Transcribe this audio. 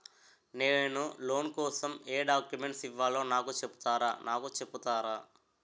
నేను లోన్ కోసం ఎం డాక్యుమెంట్స్ ఇవ్వాలో నాకు చెపుతారా నాకు చెపుతారా?